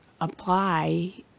apply